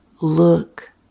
Look